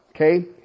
Okay